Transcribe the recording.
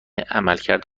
عملکرد